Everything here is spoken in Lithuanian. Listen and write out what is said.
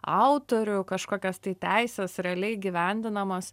autorių kažkokias tai teises realiai įgyvendinamas